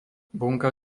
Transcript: bunka